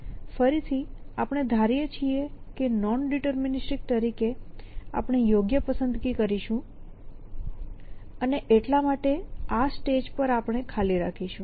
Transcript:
ફરીથી આપણે ધારીએ છીએ કે નૉન ડિટરમિનિસ્ટિક તરીકે આપણે યોગ્ય પસંદગી કરીશું અને એટલા માટે આ સ્ટેજ પર આપણે ખાલી રાખીશું